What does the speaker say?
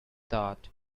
thought